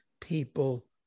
people